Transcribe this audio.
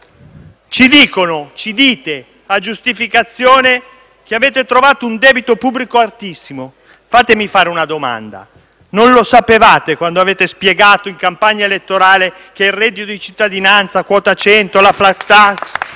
formazione. Ci dite, a giustificazione, che avete trovato un debito pubblico altissimo. Fatemi fare una domanda: non lo sapevate, quando avete spiegato in campagna elettorale che il reddito di cittadinanza, quota 100 e la *flat tax*